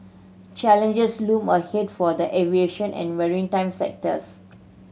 challenges loom ahead for the aviation and maritime sectors